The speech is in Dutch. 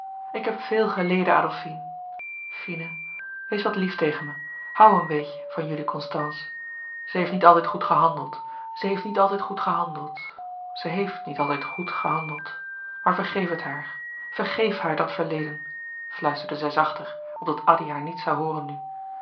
ik heb veel geleden adolfine fine wees wat lief tegen me hoû een beetje van jullie constance ze heeft niet altijd goed gehandeld ze heeft niet altijd goed gehandeld maar vergeef het haar vergeef haar dat verleden fluisterde zij zachter opdat addy haar niet zoû hooren nu